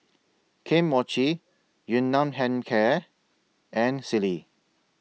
Kane Mochi Yun Nam Hair Care and Sealy